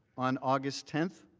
on august tenth,